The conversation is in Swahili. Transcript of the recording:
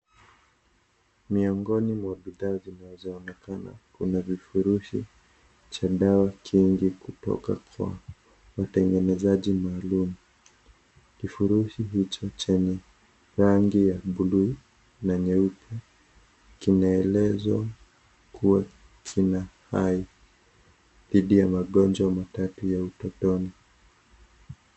Miongoni mwa bidhaa zinazoonekana kuna vifurushi cha dawa kingi kutoka kwa watengenezaji maalum. kifurushi hicho chenye rangi ya buluu na nyeupe kinaelezwa kuwa kina hai dhidi ya magonjwa matatu ya utotoni.